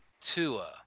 Tua